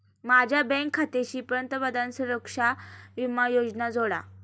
माझ्या बँक खात्याशी पंतप्रधान सुरक्षा विमा योजना जोडा